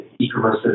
e-commerce